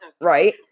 Right